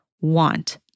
want